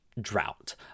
drought